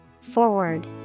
Forward